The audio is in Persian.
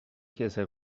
کسل